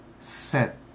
set